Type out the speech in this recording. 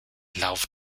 lauf